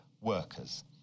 workers